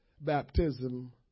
baptism